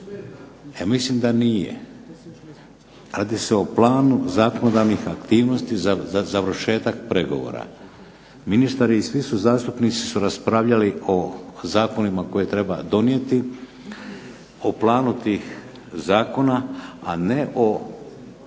mislim da nije. Radi se o planu zakonodavnih aktivnosti za završetak pregovora. Ministar je i svi zastupnici su raspravljali o zakonima koje treba donijeti, o planu tih zakona a ne o